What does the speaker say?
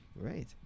Right